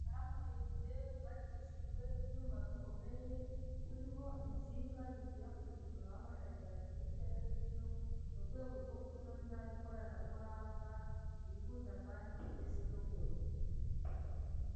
Umunara muremure wubakishijwe ibyuma bikomeye, uriho insinga zikwirakwiza umuriro w'amashanyarazi hirya no hino, mu rwego rwo kunoza ikoranabuhanga ryihuta kandi rigezweho.